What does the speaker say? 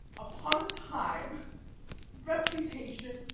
upon a time reputation,